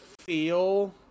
feel